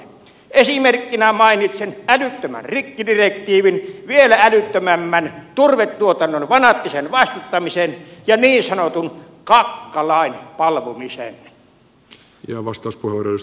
esimerkkeinä mainitsen älyttömän rikkidirektiivin vielä älyttömämmän turvetuotannon fanaattisen vastustamisen ja niin sanotun kakkalain palvomisen